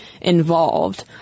involved